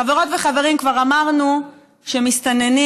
חברות וחברים, כבר אמרנו שמסתננים,